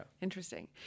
Interesting